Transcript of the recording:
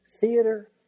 theater